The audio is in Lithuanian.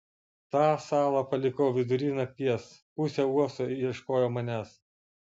tą salą palikau vidury nakties pusė uosto ieškojo manęs